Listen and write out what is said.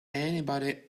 anybody